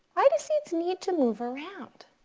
why do seeds need to move around?